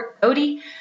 Cody